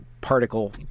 particle